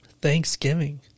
Thanksgiving